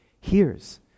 hears